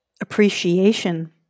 appreciation